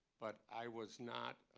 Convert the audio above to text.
but i was not